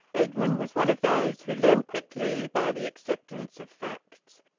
edwin was one of those who learn quickly, by the acceptance of facts.